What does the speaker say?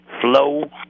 flow